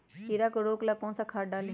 कीड़ा के रोक ला कौन सा खाद्य डाली?